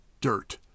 Dirt